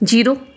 zero